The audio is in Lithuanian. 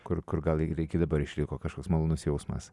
kur kur gal ir iki dabar išliko kažkoks malonus jausmas